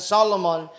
Solomon